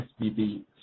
SBB